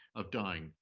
of dying,